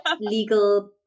legal